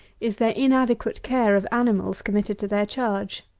is their inadequate care of animals committed to their charge.